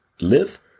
live